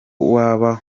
waba